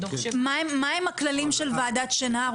מהם הכללים של דוח שנהר?